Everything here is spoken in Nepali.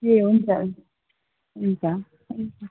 ए हुन्छ हुन्छ हुन्छ हुन्छ